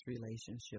relationship